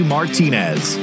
Martinez